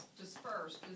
dispersed